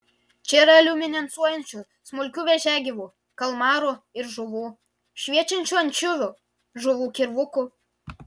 čia yra liuminescuojančių smulkių vėžiagyvių kalmarų ir žuvų šviečiančių ančiuvių žuvų kirvukų